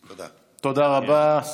תודה רבה.